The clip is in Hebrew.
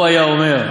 הוא היה אומר: